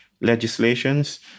legislations